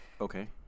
Okay